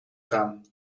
gaan